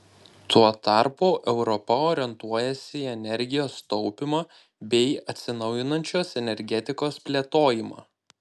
tuo tarpu europa orientuojasi į energijos taupymą bei atsinaujinančios energetikos plėtojimą